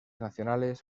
nacionales